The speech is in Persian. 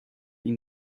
این